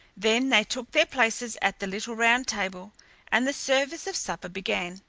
then they took their places at the little round table and the service of supper began.